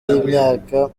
y’imyaka